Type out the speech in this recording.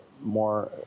more